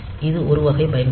இது ஒரு வகை பயன்பாடு